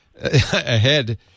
ahead